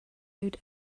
owed